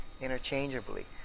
interchangeably